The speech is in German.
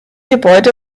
gebäude